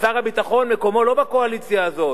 שר הביטחון, מקומו לא בקואליציה הזאת.